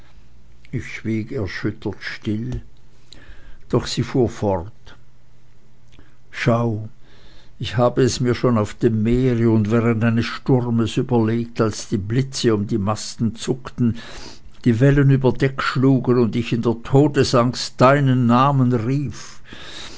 ich schwieg erschüttert still doch fuhr sie fort schau ich habe es mir schon auf dem meere und während eines sturmes überlegt als die blitze um die masten zuckten die wellen über deck schlugen und ich in der todesangst deinen namen ausrief